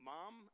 Mom